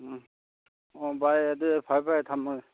ꯎꯝ ꯑꯣ ꯚꯥꯏ ꯑꯗꯨ ꯐꯔꯦ ꯐꯔꯦ ꯊꯝꯃꯒꯦ